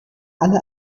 alle